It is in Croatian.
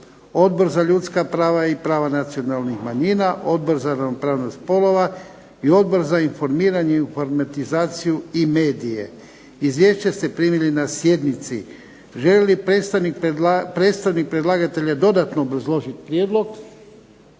Odbor za ljudska prava i prava nacionalnih manjina, Odbor za ravnopravnost spolova i Odbor za informiranje i informatizaciju i medije. Izvješće ste primili na sjednici. Želi li predstavnik predlagatelja dodatno obrazložiti prijedlog?